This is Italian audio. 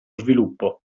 sviluppo